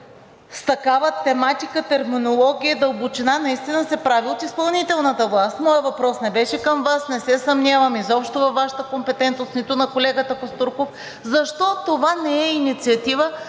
с такава тематика, терминология и дълбочина наистина се прави от изпълнителната власт. Моят въпрос не беше към Вас. Не се съмнявам изобщо във Вашата компетентност, нито на колегата Костурков. Защо това не е инициатива